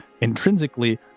intrinsically